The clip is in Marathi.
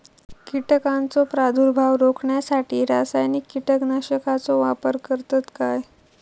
कीटकांचो प्रादुर्भाव रोखण्यासाठी रासायनिक कीटकनाशकाचो वापर करतत काय?